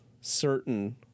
certain